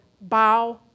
bow